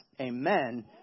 amen